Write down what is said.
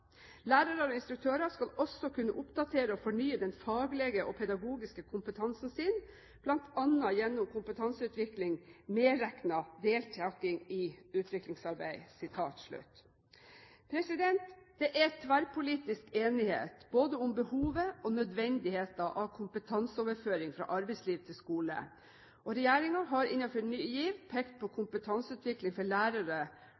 skal også kunne oppdatere og fornye den faglege og pedagogiske kompetansen sin, blant anna gjennom kompetanseutvikling, medrekna deltaking i utviklingsarbeid.» Det er tverrpolitisk enighet både om behovet for og nødvendigheten av kompetanseoverføring fra arbeidsliv til skole, og regjeringen har innenfor Ny GIV pekt på